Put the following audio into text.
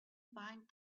bind